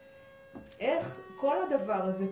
איך כל הדבר הזה,